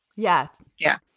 yes yeah,